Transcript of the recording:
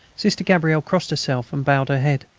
sister gabrielle crossed herself and bowed her head.